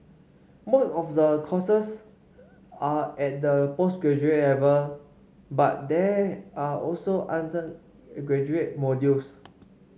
most of the courses are at the postgraduate level but there are also undergraduate modules